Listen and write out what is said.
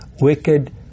wicked